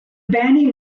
bani